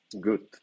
good